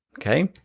okay,